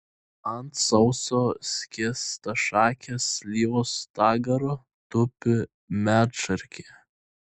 ant sauso skėstašakės slyvos stagaro tupi medšarkė